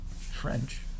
French